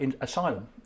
asylum